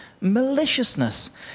maliciousness